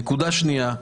נקודה שנייה: